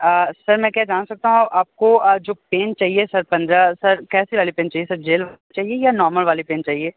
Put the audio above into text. sir मैं क्या जान सकता आप आपको जो पेन चाहिए सर पंद्रह सर कैसे वाले पेन चाहिए सर जेल चाहिए या नॉर्मल वाले पेन चाहिए